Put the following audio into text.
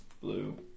blue